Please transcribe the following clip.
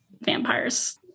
vampires